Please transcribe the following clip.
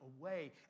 away